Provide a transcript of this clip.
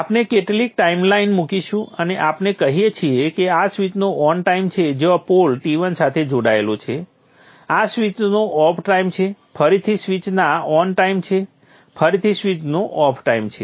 આપણે કેટલીક ટાઈમલાઇન મૂકીશું અને આપણે કહીએ કે આ સ્વીચનો ઓન ટાઇમ છે જ્યાં પોલ T1 સાથે જોડાયેલો છે આ સ્વીચનો ઓફ ટાઇમ છે ફરીથી સ્વીચના ઓન ટાઈમ છે ફરીથી સ્વીચનો ઓફ ટાઈમ છે